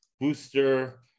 booster